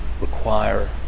require